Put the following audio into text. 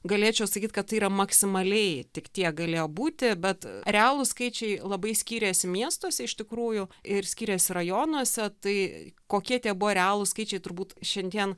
galėčiau sakyt kad tai yra maksimaliai tik tiek galėjo būti bet realūs skaičiai labai skyrėsi miestuose iš tikrųjų ir skyrėsi rajonuose tai kokie tie buvo realūs skaičiai turbūt šiandien